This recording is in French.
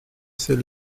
ses